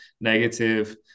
negative